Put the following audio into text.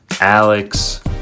Alex